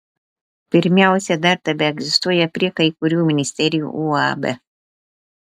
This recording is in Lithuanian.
pirmiausia dar tebeegzistuoja prie kai kurių ministerijų uab